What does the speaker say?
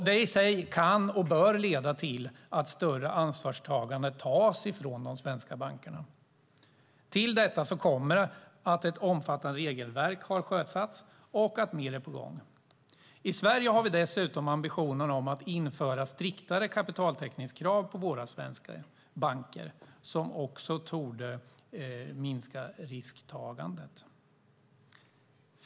Detta kan och bör leda till att de svenska bankerna tar ett större ansvar. Till detta kommer att ett omfattande regelverk har sjösatts och att mer är på gång. I Sverige har vi dessutom ambitionen att införa striktare kapitaltäckningskrav på våra svenska banker. Det torde också minska risktagandet.